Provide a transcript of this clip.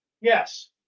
Yes